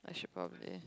I should probably